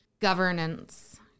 Governance